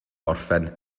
orffen